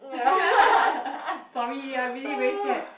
sorry I really very scared